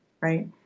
right